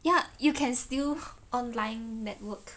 ya you can still online network